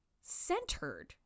centered